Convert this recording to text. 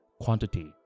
quantity